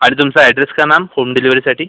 आणि तुमचा ॲड्रेस काय मॅम होम डिलीवरीसाठी